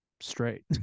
straight